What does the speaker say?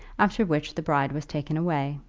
after which the bride was taken away.